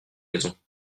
maison